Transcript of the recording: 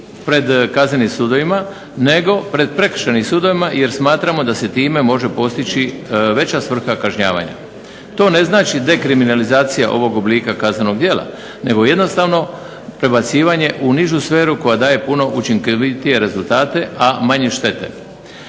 pred kaznenim sudovima, nego pred prekršajnim sudovima jer smatramo da se time može postići veća svrha kažnjavanja. To ne znači dekriminalizacija ovog oblika kaznenog djela nego jednostavno prebacivanje u nižu sferu koja daje učinkovitije rezultate a manje štete.